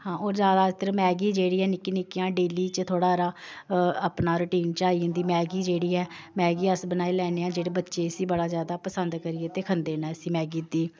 हां होर ज्यादा इद्धर मैगी जेह्ड़ी ऐ निक्की निक्कियां डेली च थोह्ड़ा हारा अपना रुटीन च आई जंदी मैगी जेह्ड़ी ऐ मैगी अस बनाई लैन्ने आं जेह्ड़े बच्चे इसी बड़ा ज्यादा पसंद करियै ते खंदे न इसी मैगी दी